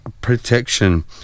protection